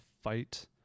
fight